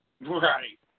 Right